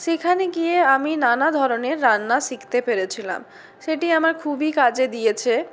সেখানে গিয়ে আমি নানা ধরনের রান্না শিখতে পেরেছিলাম সেটি আমার খুবই কাজে দিয়েছে